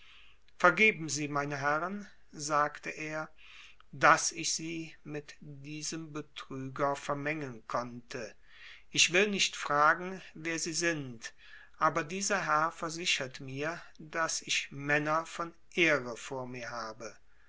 vergeben sie meine herren sagte er daß ich sie mit diesem betrüger vermengen konnte ich will nicht fragen wer sie sind aber dieser herr versichert mir daß ich männer von ehre vor mir habe